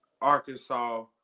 Arkansas